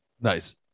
Nice